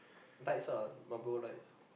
lights ah Marlboro lights